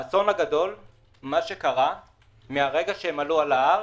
האסון הגדול, מה שקרה מרגע שהם עלו על ההר